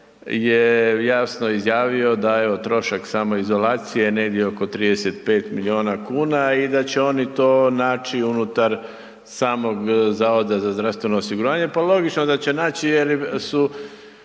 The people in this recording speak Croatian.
je jasno izjavio da je trošak samoizolacije je negdje oko 35 milijuna kuna i da će oni to naći unutar samog Zavoda za zdravstveno osiguranje pa logično da će naći jer su